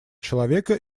человека